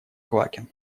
квакин